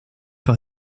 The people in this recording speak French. par